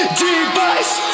device